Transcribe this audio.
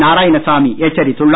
நாராயணசாமி எச்சரித்துள்ளார்